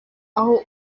aho